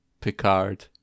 Picard